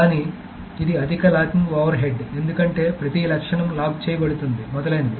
కానీ ఇది అధిక లాకింగ్ ఓవర్ హెడ్ ఎందుకంటే ప్రతి లక్షణం లాక్ చేయబడుతుంది మొదలైనవి